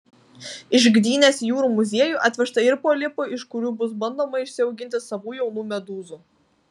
iš gdynės į jūrų muziejų atvežta ir polipų iš kurių bus bandoma išsiauginti savų jaunų medūzų